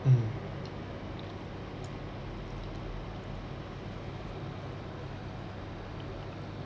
mm